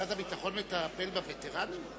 משרד הביטחון מטפל בווטרנים?